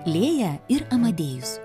lėja ir amadėjus